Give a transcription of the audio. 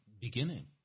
beginning